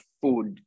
food